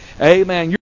amen